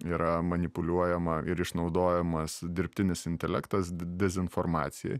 yra manipuliuojama ir išnaudojamas dirbtinis intelektas dezinformacijai